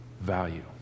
value